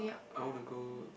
I wanna go